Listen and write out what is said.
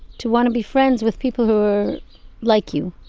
to want to be friends with people who are like you.